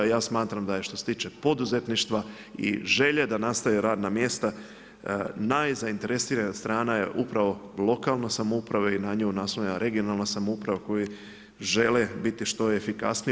Ja smatram da je što se tiče poduzetništva i želje da nastaju radna mjesta najzainteresiranija strana je upravo lokalna samouprava i na nju naslonjena regionalna samouprava koji žele biti što efikasniji.